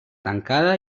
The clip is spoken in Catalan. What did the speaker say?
tancada